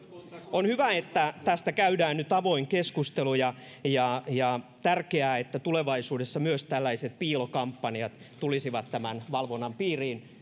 on hyvä että tästä käydään nyt avoin keskustelu ja ja on tärkeää että tulevaisuudessa myös tällaiset piilokampanjat tulisivat tämän valvonnan piiriin